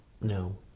No